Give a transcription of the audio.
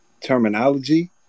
terminology